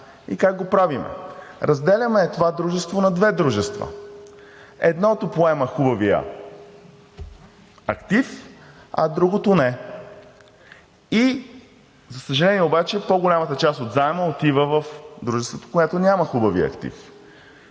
И как го правим? Разделяме това дружество на две дружества – едното поема хубавия актив, а другото – не. За съжаление обаче, по-голямата част от заема отива в дружеството, което няма хубавия актив.